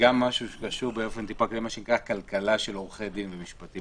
וגם משהו שקשור לכלכלה של עורכי דין ומשפטים.